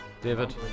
David